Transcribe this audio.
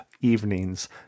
evenings